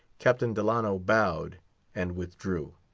captain delano bowed and withdrew.